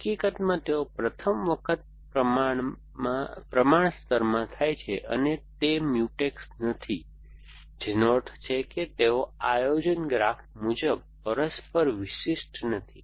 હકીકતમાં તેઓ પ્રથમ વખત પ્રમાણ સ્તરમાં થાય છે અને તે મ્યુટેક્સ નથી જેનો અર્થ છે કે તેઓ આયોજન ગ્રાફ મુજબ પરસ્પર વિશિષ્ટ નથી